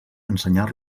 ensenyar